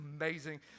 amazing